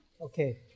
Okay